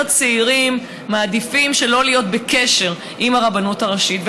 צעירים מעדיפים שלא להיות בקשר עם הרבנות הראשית.